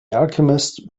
alchemist